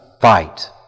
fight